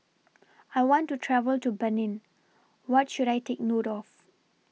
I want to travel to Benin What should I Take note of